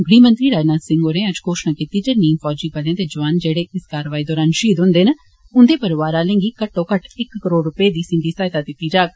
गृहमंत्री राजनाथ सिंह होरें अज्ज घोषणा कीती जे नीम फौजी बलें जोआन जेडे इस कारवाई दौरान शहीद हुन्दे न उन्दे परोआर आलें गी घट्टोघट्ट इक करोड़ रपे दी सींधीं सहायता दिती जाग